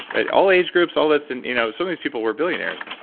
but all age groups, all this. and you know some of these people were billionaires.